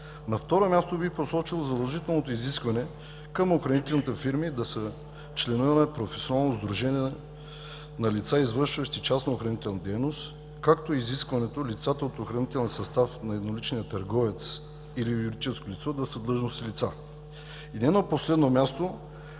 На второ място, бих посочил задължителното изискване към охранителните фирми да са членове на професионално сдружение на лица, извършващи частна охранителна дейност, както и изискването лицата от охранителния състав на едноличния търговец или юридическо лице да са длъжностни лица. И не на последно място,